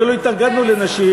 ולא התנגדנו לנשים,